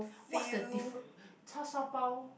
what's the difference char-shao-bao